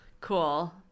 cool